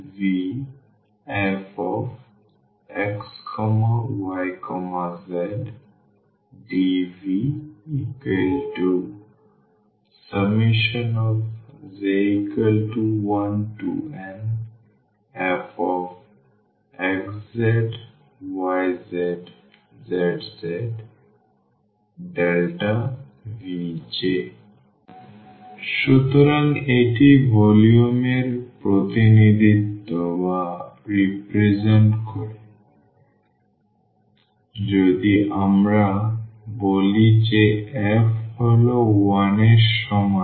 VfxyzdVj1nfxjyjzjVj সুতরাং এটি volume এর প্রতিনিধিত্ব করে যদি আমরা বলি যে f হল 1 এর সমান